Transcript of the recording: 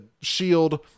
Shield